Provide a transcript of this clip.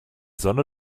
sonne